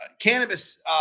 cannabis